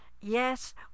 Yes